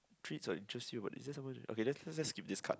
treats or interests you is there someone okay let let's skipped this card